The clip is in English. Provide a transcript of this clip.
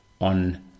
on